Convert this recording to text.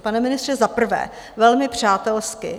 Pane ministře, za prvé velmi přátelsky.